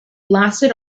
lasted